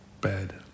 bad